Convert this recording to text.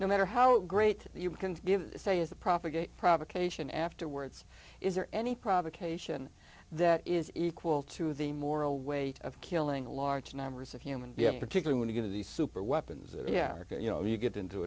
no matter how great you can give say is the propagate provocation afterwards is there any provocation that is equal to the moral weight of killing large numbers of human particularly when you get to the super weapons yeah you know you get into